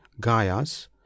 Gaya's